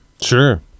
Sure